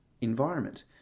environment